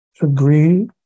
agree